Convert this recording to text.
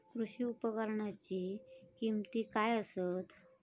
कृषी उपकरणाची किमती काय आसत?